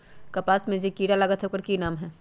कपास में जे किरा लागत है ओकर कि नाम है?